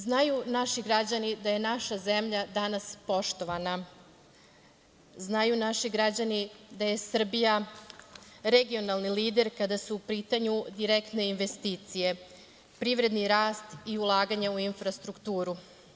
Znaju naši građani da je naša zemlja danas poštovana, znaju naši građani da je Srbija regionalni lider kada su u pitanju direktne investicije, privredni rast i ulaganje u infrastrukturu.